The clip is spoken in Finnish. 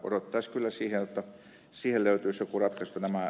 odottaisi kyllä jotta siihen löytyisi joku ratkaisu